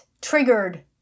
triggered